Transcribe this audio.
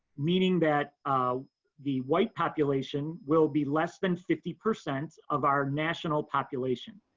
meaning that ah the white population will be less than fifty percent of our national population.